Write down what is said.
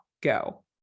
Go